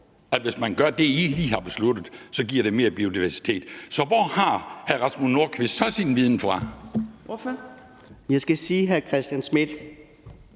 hvis man gør det, I lige har besluttet, så giver det mere biodiversitet. Så hvor har hr. Rasmus Nordqvist så sin viden fra? Kl. 12:21 Tredje næstformand